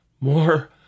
more